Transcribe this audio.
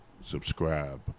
subscribe